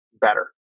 better